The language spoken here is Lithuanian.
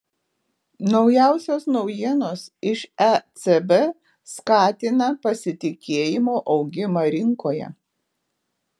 naujausios naujienos iš ecb skatina pasitikėjimo augimą rinkoje